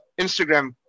Instagram